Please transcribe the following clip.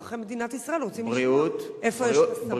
אזרחי מדינת ישראל רוצים לשמוע איפה יש חסמים.